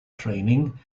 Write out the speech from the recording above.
training